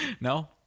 No